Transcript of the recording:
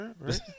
Right